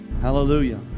Hallelujah